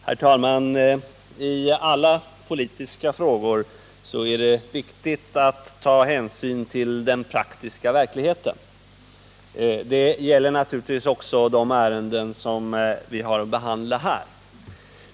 Herr talman! I alla politiska frågor är det viktigt att ta hänsyn till den praktiska verkligheten. Det gäller naturligtvis också de ärenden som vi har att behandla här.